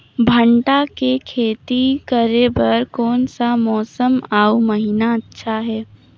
भांटा के खेती करे बार कोन सा मौसम अउ महीना अच्छा हे?